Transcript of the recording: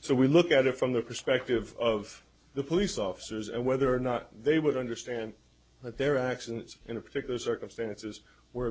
so we look at it from the perspective of the police officers and whether or not they would understand that there are accidents in a particular circumstances where